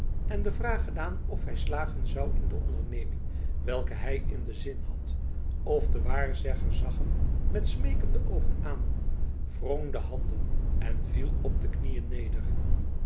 en de vraag gedaan of hij slagen zou in de onderneming welke hij in den zin had of de waarzegger zag hem met smeekende oogen aan wrong de handen en viel op de knieën neder